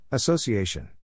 Association